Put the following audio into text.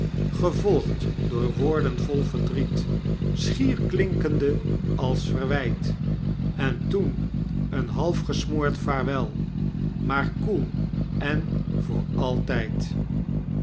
gevolgd door woorden vol verdriet schier klinkende als verwgt en toen een halfgesmoord vaarwel maar koel en voor altjjd